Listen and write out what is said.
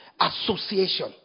Association